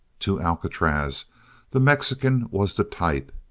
to alcatraz the mexican was the type,